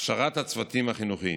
הכשרת הצוותים החינוכיים.